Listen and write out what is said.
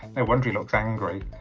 and wonder he looks angry,